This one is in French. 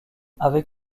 avec